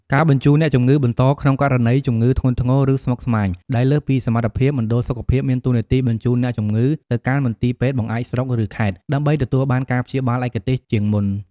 ការបញ្ជូនអ្នកជំងឺបន្ត ក្នុងករណីជំងឺធ្ងន់ធ្ងរ ឬស្មុគស្មាញដែលលើសពីសមត្ថភាព មណ្ឌលសុខភាពមានតួនាទីបញ្ជូនអ្នកជំងឺទៅកាន់មន្ទីរពេទ្យបង្អែកស្រុក ឬខេត្ត ដើម្បីទទួលបានការព្យាបាលឯកទេសជាងមុន។